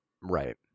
Right